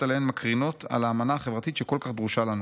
עליהן מקרינות על האמנה החברתית שכל כך דרושה לנו.